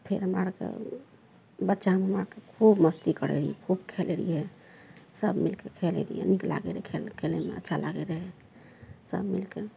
फेर हमरा आरके बच्चामे खूब मस्ती करय रहियै खूब खेलय रहियइ सभ मिलके खेलय रहियै नीक लागय रहय खेल खेलयमे अच्छा लागय रहय सभ मिलके